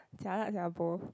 jialat lah bro